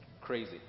crazy